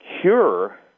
cure